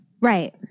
Right